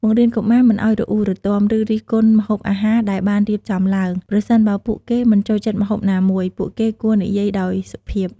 បង្រៀនកុមារមិនឲ្យរអ៊ូរទាំ ឬរិះគន់ម្ហូបអាហារដែលបានរៀបចំឡើង ប្រសិនបើពួកគេមិនចូលចិត្តម្ហូបណាមួយ ពួកគេគួរនិយាយដោយសុភាព។